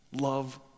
love